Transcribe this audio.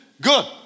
Good